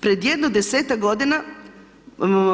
Pred jedno 10-ak godina,